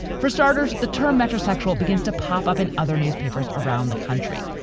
for starters, the term metrosexual begins to pop up in other newspapers around the country,